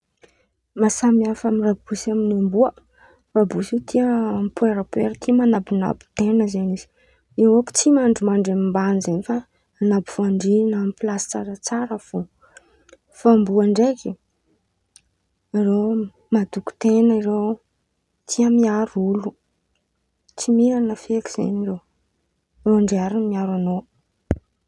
Mahasamihafa amy rabosy amy amboa: rabosy io tia mipoerapoera, tia man̈abon̈abo ten̈a zen̈y izy, irô io manko tsy tia mandrimandry amban̈y fa an̈abo fandrian̈a, amy plasy tsaratsara fo. Fa amboa ndraiky, irô matoky ten̈a irô, tia miaro olo, tsy miran̈a feky zen̈y irô, irô ndray ary miaro an̈ô.